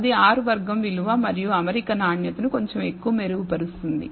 అది R వర్గం విలువ మరియు అమరిక నాణ్యతను కొంచెం ఎక్కువ మెరుగుపరుస్తుంది